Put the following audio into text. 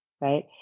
right